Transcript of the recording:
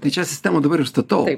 tai čia sistemą dabar ir statau